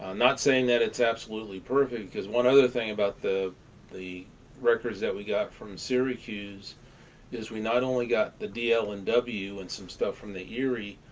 um not saying that it's absolutely perfect, because one other thing about the the records that we got from syracuse is we not only got the dl and w, and some stuff from the erie,